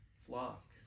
flock